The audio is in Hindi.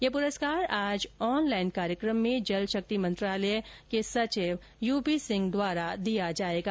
यह पुरस्कार आज ऑनलाइन कार्यक्रम में जल शक्ति मंत्रालय के सचिव यूपी सिंह द्वारा दिया जाएगा